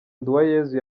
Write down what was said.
nduwayezu